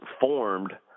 formed